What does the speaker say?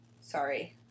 Sorry